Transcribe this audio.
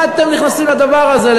מה אתם נכנסים לדבר הזה?